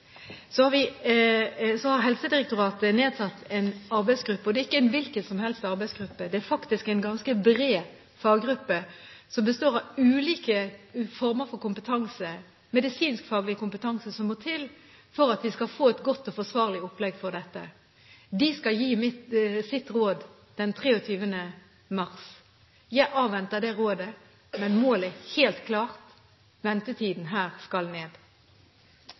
Så har Helsedirektoratet nedsatt en arbeidsgruppe, og det er ikke en hvilken som helst arbeidsgruppe. Det er faktisk en ganske bred faggruppe som består av ulike former for kompetanse – medisinskfaglig kompetanse som må til for at vi skal få et godt og forsvarlig opplegg for dette. De skal gi sitt råd den 23. mars. Jeg avventer det rådet. Men målet er helt klart: Ventetiden her skal ned.